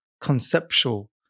conceptual